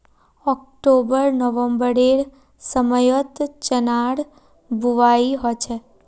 October नवंबरेर समयत चनार बुवाई हछेक